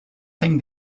sing